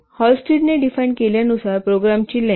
हॉलस्टिडने define केल्यानुसार प्रोग्रामची length